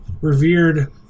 revered